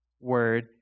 Word